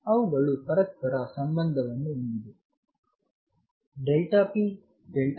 ಅವುಗಳು ಪರಸ್ಪರ ಸಂಬಂಧವನ್ನು ಹೊಂದಿದೆ px ನ ಕ್ರಮದಲ್ಲಿದೆ